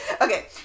Okay